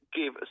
give